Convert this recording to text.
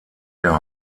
der